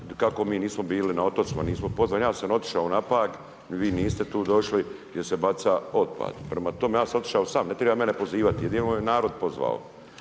kako mi nismo bili na otocima, nismo upoznati, ja sam otišao na Pag i vi ni ste tu došli gdje se baca otpad. Prema tome, ja sam otišao sam, ne treba mene pozivati, jedino me narod pozvao.